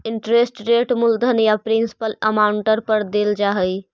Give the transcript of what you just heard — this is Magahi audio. इंटरेस्ट रेट मूलधन या प्रिंसिपल अमाउंट पर देल जा हई